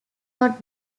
not